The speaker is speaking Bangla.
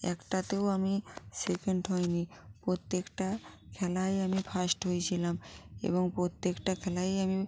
একটাতেও আমি সেকেন্ড হইনি প্রত্যেকটা খেলায়ই আমি ফার্স্ট হয়েছিলাম এবং প্রত্যেকটা খেলায়ই আমি